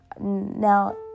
Now